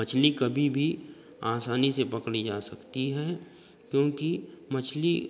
मछली कभी भी आसानी से पकड़ी जा सकती है क्योंकि मछली